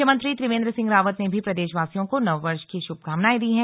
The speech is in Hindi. मुख्यमंत्री त्रिवेंद्र सिंह रावत ने भी प्रदेशवासियों को नव वर्ष की शुभकामनाएं दी है